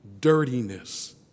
Dirtiness